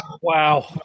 Wow